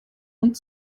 und